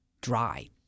dry